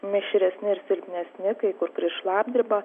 mišresni ir silpnesni kai kur kris šlapdriba